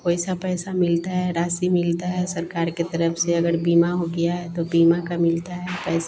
कोई सा पैसा मिलता है राशि मिलती है सरकार की तरफ से बीमा हो गया तो बीमा का मिलता है पैसा